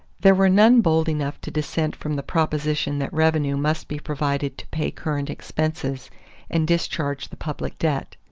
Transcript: there were none bold enough to dissent from the proposition that revenue must be provided to pay current expenses and discharge the public debt.